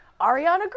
Ariana